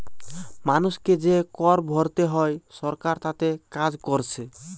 মানুষকে যে কর ভোরতে হয় সরকার তাতে কাজ কোরছে